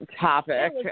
topic